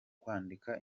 kwandika